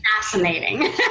Fascinating